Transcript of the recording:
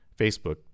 Facebook